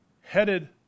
headed